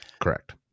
Correct